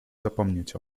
zapomnieć